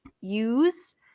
use